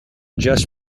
just